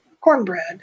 cornbread